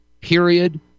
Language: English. period